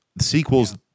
sequels